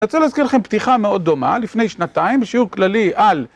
אני רוצה להזכיר לכם פתיחה מאוד דומה, לפני שנתיים, שיעור כללי על...